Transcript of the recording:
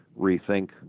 rethink